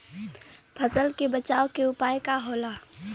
फसल के बचाव के उपाय का होला?